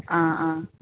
ആ ആ